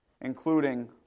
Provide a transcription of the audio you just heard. including